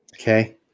Okay